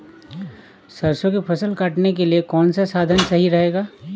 सरसो की फसल काटने के लिए कौन सा साधन सही रहेगा?